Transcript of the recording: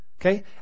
Okay